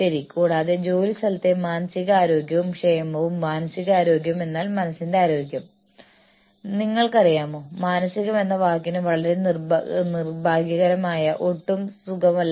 പുതിയ വിപണികൾ തുറക്കുകയും പഴയവ പുനഃസ്ഥാപിക്കുകയും ചെയ്യുന്ന പുതിയ പ്രോസസ്സ് പ്ലാന്റുകളുടെയും ഉൽപ്പന്നങ്ങളുടെയും വികസനം അവർ സുഗമമാക്കുന്നു